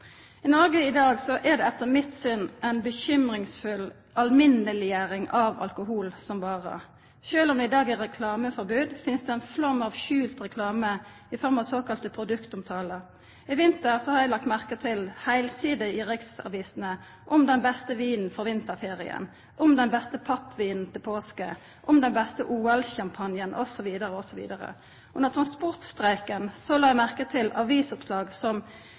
I Noreg i dag er det, etter mitt syn, ei bekymringsfull alminneleggjering av alkohol som vare. Sjølv om det i dag er reklameforbod, finst det ein flaum av skjult reklame, i form av såkalla produktomtaler. I vinter har eg lagt merke til heilsider i riksavisene om den beste vinen for vinterferien, om den beste pappvinen til påske, om den beste OL-champagnen, osv. Under transportstreiken la eg merke til avisoppslag som